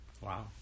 Wow